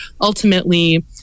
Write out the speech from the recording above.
ultimately